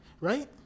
right